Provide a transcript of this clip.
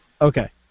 Okay